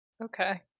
Okay